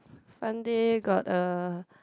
Sunday got a